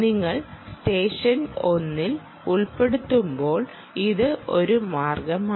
നിങ്ങൾ സ്റ്റെഷൻ 1 ൽ ഉൾപ്പെടുത്തുമ്പോൾ ഇത് ഒരു മാർഗമാണ്